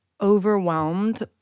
overwhelmed